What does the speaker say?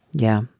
yeah,